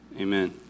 Amen